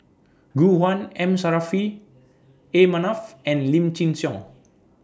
Gu Juan M Saffri A Manaf and Lim Chin Siong